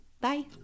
Bye